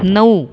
नऊ